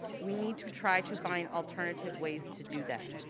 we need to try to find alternative ways to do that.